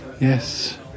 Yes